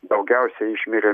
daugiausiai išmirė